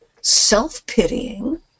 self-pitying